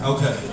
Okay